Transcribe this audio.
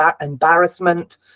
embarrassment